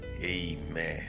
amen